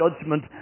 judgment